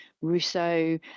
Rousseau